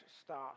start